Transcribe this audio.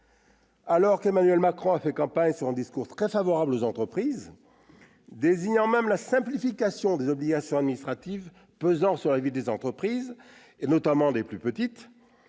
Alors que Emmanuel Macron a fait campagne sur un discours très favorable aux entreprises, désignant même la simplification des obligations administratives qui pèse sur la vie des entreprises, notamment des plus petites,